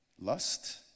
Lust